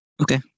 Okay